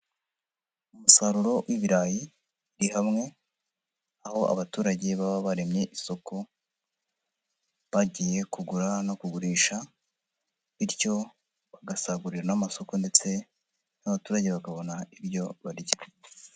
Umusaruro w'ibirayi, uri hamwe aho abaturage baba baremye isoko, bagiye kugura no kugurisha, bityo bagasagurira n'amasoko, ndetse n'abaturage bakabona ibyo barya.